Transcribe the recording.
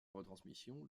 retransmission